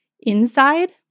inside